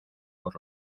por